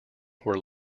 were